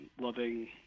loving